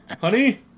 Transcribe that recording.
honey